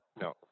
No